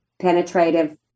penetrative